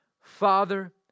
Father